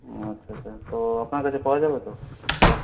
ও আচ্ছা আচ্ছা তো আপনার কাছে পাওয়া যাবে তো সার